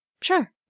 Sure